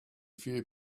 few